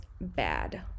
bad